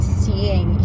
seeing